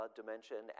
dimension